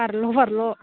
बाज्ल' बाज्ल'